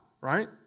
right